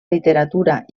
literatura